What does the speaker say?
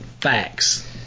facts